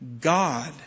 God